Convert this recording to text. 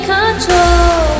control